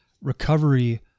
recovery